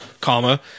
comma